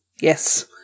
Yes